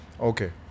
Okay